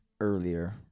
earlier